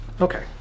Okay